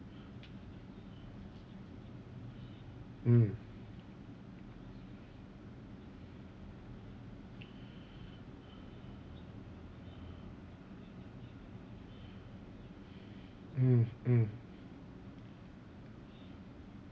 mm mm mm